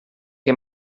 que